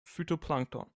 phytoplankton